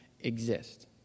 exist